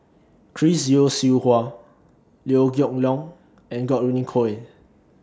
Chris Yeo Siew Hua Liew Geok Leong and Godwin Koay